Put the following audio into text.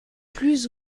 plus